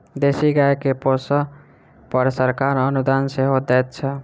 देशी गाय के पोसअ पर सरकार अनुदान सेहो दैत छै